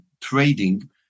Trading